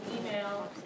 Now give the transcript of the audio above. email